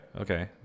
Okay